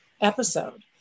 episode